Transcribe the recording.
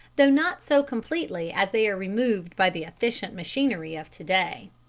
though not so completely as they are removed by the efficient machinery of to-day.